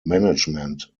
management